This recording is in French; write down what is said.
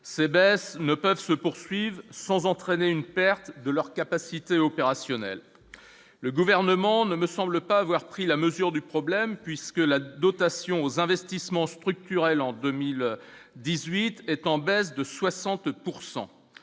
ces baisses ne peuvent se poursuivent sans entraîner une perte de leurs capacités opérationnelles le gouvernement ne me semble pas avoir pris la mesure du problème puisque la dotation aux investissements structurels en 2018 est en baisse de 62